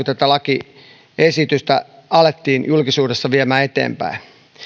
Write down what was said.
tätä lakiesitystä alettiin julkisuudessa viemään eteenpäin